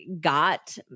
got